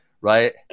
right